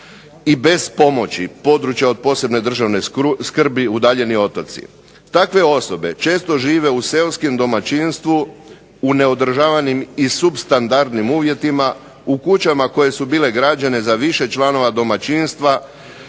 i bez pomoći, područja od posebne državne skrbi, udaljeni otoci. Takve osobe često žive u seoskom domaćinstvu, u neodržavanim i supstandardnim uvjetima, u kućama koje su bile građene za više članova domaćinstva,